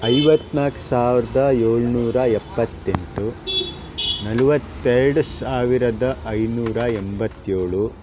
ಐವತ್ನಾಲ್ಕು ಸಾವಿರದ ಏಳುನೂರ ಎಪ್ಪತ್ತೆಂಟು ನಲ್ವತ್ತೆರಡು ಸಾವಿರದ ಐನೂರ ಎಂಬತ್ತೇಳು